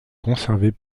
conservées